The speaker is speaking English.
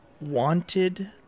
wanted